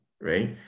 right